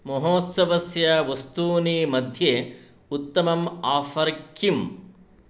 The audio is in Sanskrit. महोत्सवस्य वस्तूनि मध्ये उत्तमम् आफ़र् किम्